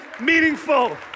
meaningful